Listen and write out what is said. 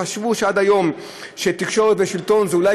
חשבו שעד היום תקשורת ושלטון זה אולי